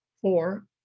Four